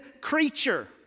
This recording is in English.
creature